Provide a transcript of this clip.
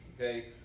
okay